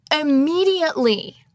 immediately—